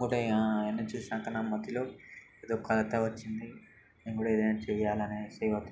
ఇంకొకటి అవన్నీ చూసాక నా మదిలో ఏదో కొరత వచ్చింది నేను కూడా ఏదైనా చేయాలి అనేసి ఒక